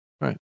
Right